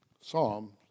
Psalm